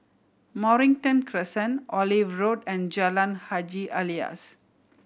Mornington Crescent Olive Road and Jalan Haji Alias